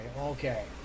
okay